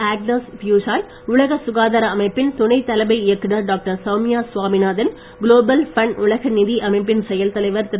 Agnes Buzyn உலக சுகாதார அமைப்பின் துணைத்தலைமை இயக்குனர் சுவாமிநாதன் க்ளோபல் பண்ட் உலக நிதி அமைப்பின் செயல்தலைவர் திரு